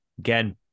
Again